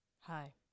Hi